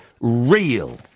real